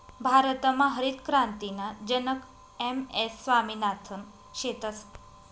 भारतमा हरितक्रांतीना जनक एम.एस स्वामिनाथन शेतस